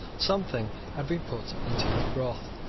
something had been put into his broth.